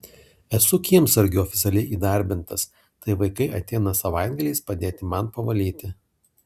esu kiemsargiu oficialiai įdarbintas tai vaikai ateina savaitgaliais padėti man pavalyti